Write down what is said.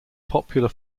popular